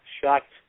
shocked